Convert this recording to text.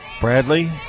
Bradley